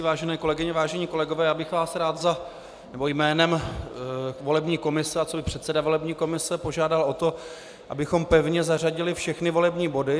Vážené kolegyně, vážení kolegové, já bych vás rád jménem volební komise a coby předseda volební komise požádal o to, abychom pevně zařadili všechny volební body.